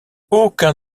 aucun